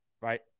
right